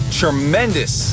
tremendous